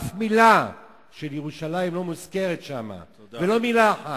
אף מלה על ירושלים לא מוזכרת שם, ולו מלה אחת.